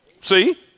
See